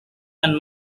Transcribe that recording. and